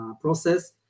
process